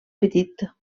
petit